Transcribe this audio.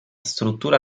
struttura